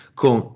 con